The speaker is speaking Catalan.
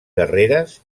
guerreres